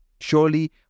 surely